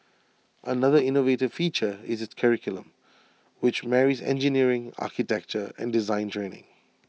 another innovative feature is its curriculum which marries engineering architecture and design training